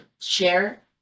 share